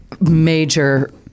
major